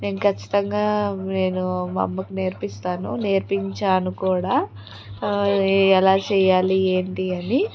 నేను ఖచ్చితంగా నేను మా అమ్మకు నేర్పిస్తాను నేర్పించాను కూడా ఎలా చెయ్యాలి ఏంటి అని